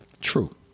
True